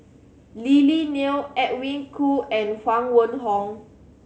Lily Neo Edwin Koo and Huang Wenhong